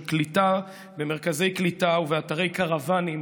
של קליטה במרכזי קליטה ובאתרי קרוואנים